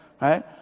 Right